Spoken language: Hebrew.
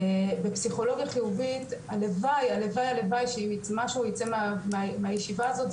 בפסיכולוגיה חיובית הלוואי הלוואי הלוואי שמשהו ייצא מהישיבה הזאת,